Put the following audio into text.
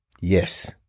Yes